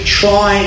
try